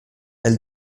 elle